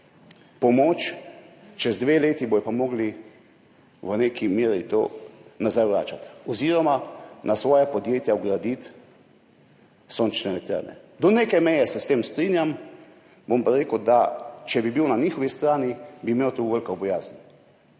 morali čez dve leti v neki meri to vračati nazaj oziroma na svoja podjetja vgraditi sončne elektrarne. Do neke mere se s tem strinjam, bom pa rekel, da če bi bil na njihovi strani, bi imel to veliko bojazen.